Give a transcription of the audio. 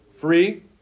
Free